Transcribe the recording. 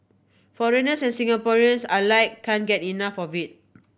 foreigners and Singaporeans alike can get enough of it